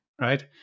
right